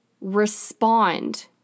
respond